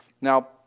Now